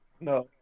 No